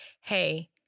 Hey